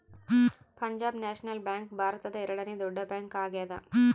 Punjab National Bank ಭಾರತದ ಎರಡನೆ ದೊಡ್ಡ ಬ್ಯಾಂಕ್ ಆಗ್ಯಾದ